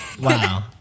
Wow